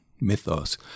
mythos